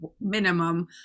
minimum